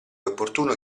opportuno